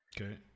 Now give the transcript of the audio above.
Okay